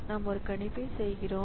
நாம் ஒரு கணிப்பைச் செய்கிறோம்